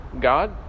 God